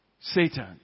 Satan